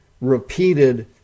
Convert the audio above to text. repeated